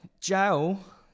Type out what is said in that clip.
jail